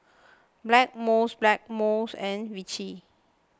Blackmores Blackmores and Vichy